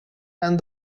and